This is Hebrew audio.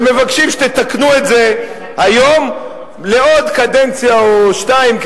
ומבקשים שתתקנו את זה היום לעוד קדנציה או שתיים,